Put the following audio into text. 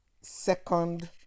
second